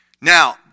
Now